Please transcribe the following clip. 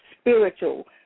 spiritual